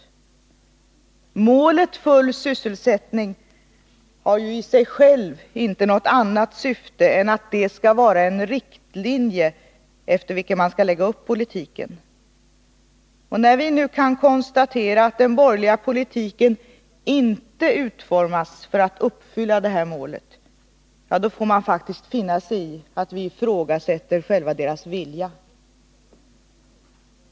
Målet full sysselsättning har ju i sig självt inte något annat syfte än att vara en riktlinje efter vilken man skall lägga upp politiken. Och när vi nu kan konstatera att den borgerliga politiken inte utformas för att uppfylla det här målet, då får man faktiskt finna sig i att vi ifrågasätter deras vilja.